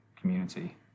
community